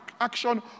action